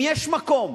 אם יש מקום